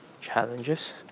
challenges